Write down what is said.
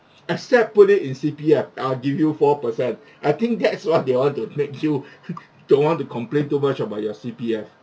except put it in C_P_F I'll give you four per cent I think that's what they want to make you don't want to complain too much about your C_P_F